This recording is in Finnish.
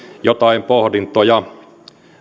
joitain pohdintoja